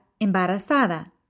embarazada